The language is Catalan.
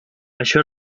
això